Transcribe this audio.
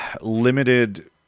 limited